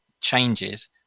changes